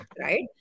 right